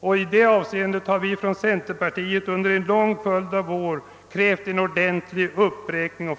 har centerpartiet under en lång följd av år krävt en ordentlig uppräkning.